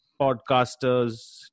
podcasters